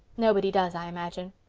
nobody does, i imagine.